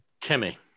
timmy